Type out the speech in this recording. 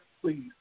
Please